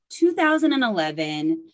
2011